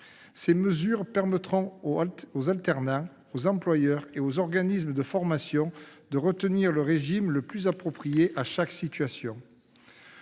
Cette mesure permettra aux alternants, aux employeurs et aux organismes de formation de retenir le régime le plus approprié à chaque situation.